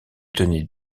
tenait